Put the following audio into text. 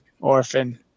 orphan